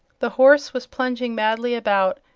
the horse was plunging madly about,